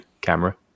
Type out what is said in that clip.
camera